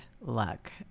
Luck